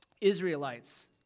Israelites